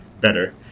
better